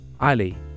Ali